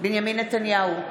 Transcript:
בנימין נתניהו,